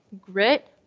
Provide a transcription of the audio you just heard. grit